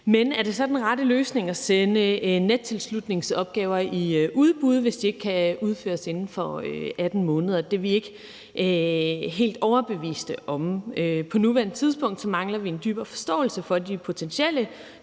Men er det så den rette løsning at sende nettilslutningsopgaver i udbud, hvis de ikke kan udføres inden for 18 måneder? Det er vi ikke helt overbevist om. På nuværende tidspunkt mangler vi en dybere forståelse af de potentielle